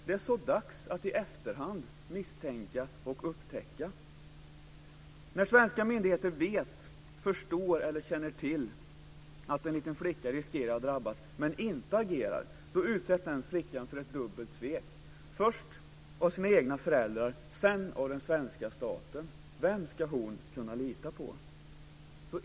Det är så dags att i efterhand misstänka och upptäcka. När svenska myndigheter vet, förstår eller känner till att en liten flicka riskerar att drabbas men inte agerar, utsätts den flickan för ett dubbelt svek - först av sina egna föräldrar och sedan av den svenska staten. Vem ska hon kunna lita på?